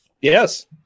Yes